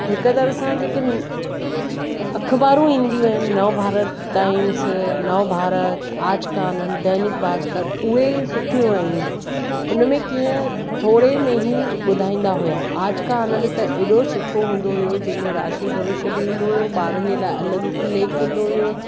हिकु तरह सां जेके आहिनि अख़बारूं ईंदियूं आहिनि नव भारत टाइम्स नव भारत आज का आनंद दैनिक भास्कर उहे सुठियूं आहियूं उन में कीअं थोरे में ई ॿुधाईंदा हुआ आज का आनंद त एॾो सुठो हूंदो हुओ जंहिंमें राशि भविष्य बि हूंदो हुओ ॿारनि जे लाइ अलॻि ई हिकु लेख हूंदो हुओ